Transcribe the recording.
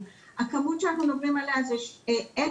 --- הכמות שאנחנו מדברים עליה זה עץ